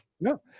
No